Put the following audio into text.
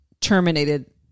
terminated